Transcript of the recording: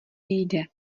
jde